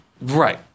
Right